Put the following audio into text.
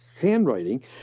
handwriting